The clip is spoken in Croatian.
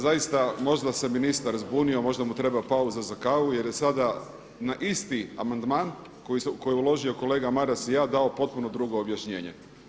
Zaista možda se ministar zbunio možda mu treba pauza za kavu jer je sada na isti amandman koji je uložio Maras i ja dao potpuno drugo objašnjenje.